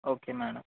okay madam